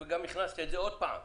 שיותם כבר הדגיש שזה כל רבעון,